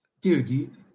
dude